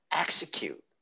execute